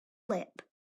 lip